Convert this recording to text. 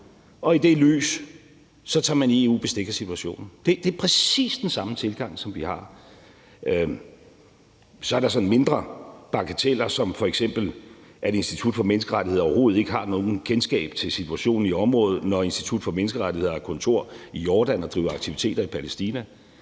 og i det lys tager man i EU bestik af situationen. Det er præcis den samme tilgang, som vi har. Så er der nogle mindre bagateller, som f.eks.at Institut for Menneskerettigheder overhovedet ikke har noget kendskab til situationen i området, når Institut for Menneskerettigheder har kontor i Jordan og driver aktiviteter i Palæstina.